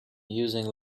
using